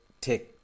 take